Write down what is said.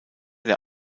der